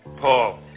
Paul